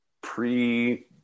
pre